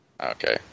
Okay